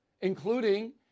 including